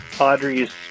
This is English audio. Audrey's